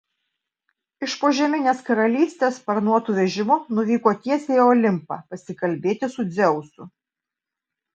iš požeminės karalystės sparnuotu vežimu nuvyko tiesiai į olimpą pasikalbėti su dzeusu